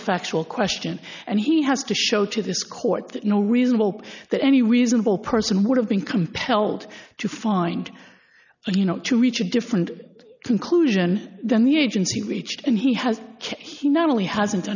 factual question and he has to show to this court that no reasonable that any reasonable person would have been compelled to find you know to reach a different conclusion than the agency reached and he has he not only hasn't done